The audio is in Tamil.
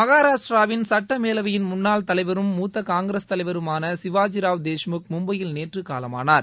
மகாராஷ்டிராவின் சட்ட மேலவையின் முன்னாள் தலைவரும் மூத்த காங்கிரஸ் தலைவருமான சிவாஜிராவ் தேஷ்முக் மும்பையில் நேற்று காலமானார்